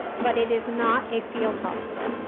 but it is not a field hospital.